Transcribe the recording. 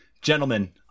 gentlemen